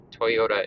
Toyota